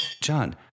John